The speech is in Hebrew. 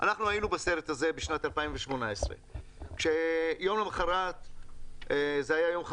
אנחנו היינו בסרט הזה בשנת 2018. זה היה יום חמישי,